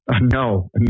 no